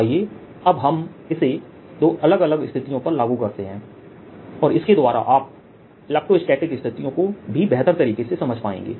आइए अब हम इसे दो अलग अलग स्थितियों पर लागू करते हैं और इसके द्वारा आप इलेक्ट्रोस्टैटिक स्थितियों को भी बेहतर तरीके से समझ पाएंगे